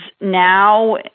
now